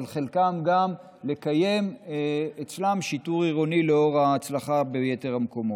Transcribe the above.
אבל אצל חלקם גם לקיים שיטור עירוני לאור ההצלחה ביתר המקומות.